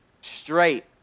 straight